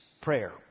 prayer